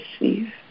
receive